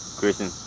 Christian